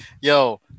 yo